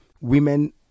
women